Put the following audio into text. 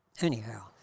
anyhow